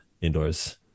indoors